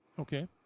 Okay